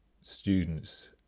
students